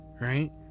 right